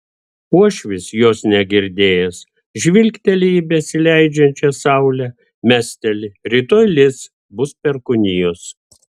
uošvis jos negirdėjęs žvilgteli į besileidžiančią saulę mesteli rytoj lis bus perkūnijos